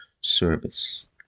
service